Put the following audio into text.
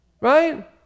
right